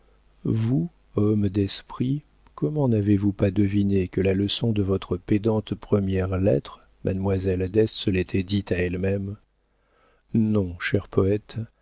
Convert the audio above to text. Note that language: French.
vous homme d'esprit comment n'avez-vous pas deviné que la leçon de votre pédante première lettre mademoiselle d'este se l'était dite à elle-même non cher poëte